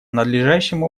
надлежащим